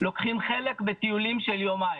לוקחים חלק בטיולים של יומיים.